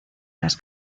las